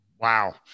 Wow